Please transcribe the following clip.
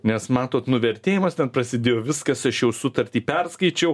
nes matot nuvertėjimas ten prasidėjo viskas aš jau sutartį perskaičiau